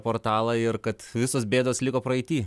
portalą ir kad visos bėdos liko praeity